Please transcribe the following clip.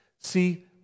See